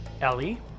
Ellie